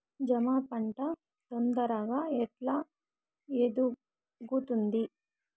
జామ పంట తొందరగా ఎట్లా ఎదుగుతుంది?